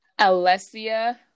alessia